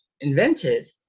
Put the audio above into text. invented